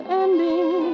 ending